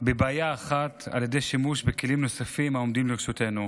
בבעיה אחת על ידי שימוש בכלים נוספים שעומדים לרשותנו.